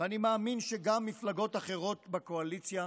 ואני מאמין שגם מפלגות אחרות בקואליציה,